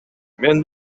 мен